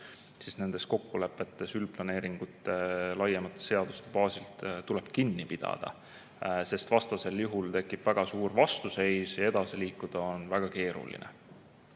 siis nendest kokkulepetest üldplaneeringute laiemate seaduste baasil tuleb kinni pidada, sest vastasel juhul tekib väga suur vastuseis ja edasi liikuda on väga keeruline.